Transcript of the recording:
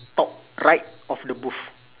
top right of the booth